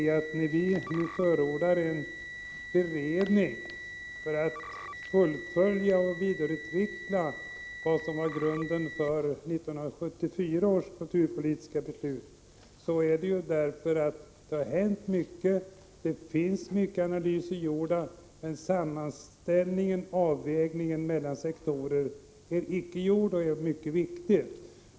Att vi nu förordar en beredning för att fullfölja och vidareutveckla det som var grunden för 1974 års kulturpolitiska beslut beror på att det har hänt mycket. Det finns många analyser gjorda, men sammanställningen, avvägningen mellan olika sektorer, är icke gjord, trots att den är mycket viktig.